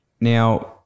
Now